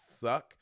suck